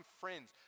friends